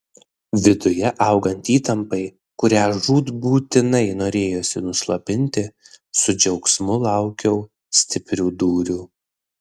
viduje augant įtampai kurią žūtbūtinai norėjosi nuslopinti su džiaugsmu laukiau stiprių dūrių